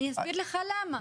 אני אסביר לך למה.